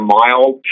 mild